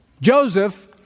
Joseph